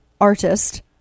artist